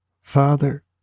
Father